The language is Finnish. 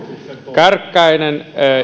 kärkkäinen